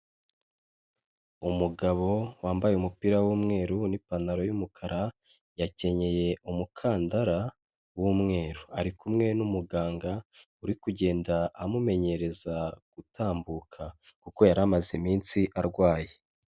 Umugabo wambaye umupira w'umweru n'ipantaro y'umukara yakenyeye umukandara w'umweru, ari kumwe n'umuganga uri kugenda amumenyereza gutambuka kuko yari amaze iminsi arwaye.